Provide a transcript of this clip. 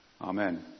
Amen